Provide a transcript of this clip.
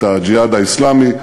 את "הג'יהאד האסלאמי".